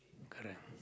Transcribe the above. correct